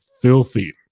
filthy